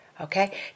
Okay